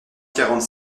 quarante